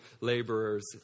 laborers